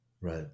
Right